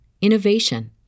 innovation